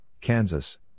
Kansas